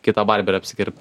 kitą barberį apsikirpt